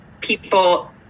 people